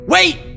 Wait